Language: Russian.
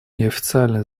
неофициальные